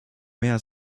mehr